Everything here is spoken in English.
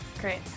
Great